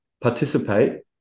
participate